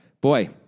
Boy